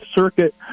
Circuit